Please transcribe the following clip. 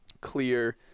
clear